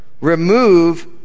remove